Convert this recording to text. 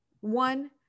one